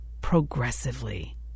progressively